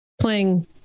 playing